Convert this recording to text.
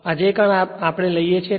આ જે કંઈપણ આ આપણે લઈએ છીએ